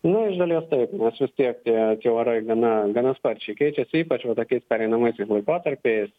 na iš dalies taip nes vis tiek tie tie orai gana gana sparčiai keičiasi ypač va tokiais pereinamaisiais laikotarpiais